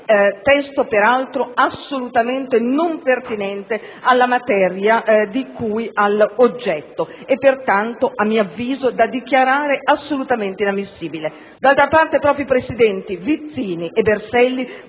testo assolutamente, peraltro, non pertinente alla materia di cui all'oggetto e pertanto, a mio avviso, da dichiarare assolutamente inammissibile. D'altra parte, proprio ai presidenti Vizzini e Berselli